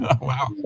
Wow